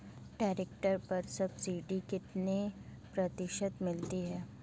Tractor पर subsidy कितने प्रतिशत मिलती है?